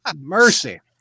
Mercy